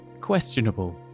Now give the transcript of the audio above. questionable